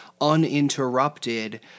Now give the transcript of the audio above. uninterrupted